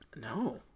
No